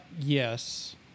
Yes